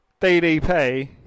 DDP